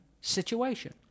situation